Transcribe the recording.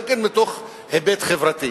גם מהיבט חברתי.